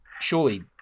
surely